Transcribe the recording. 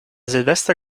silvester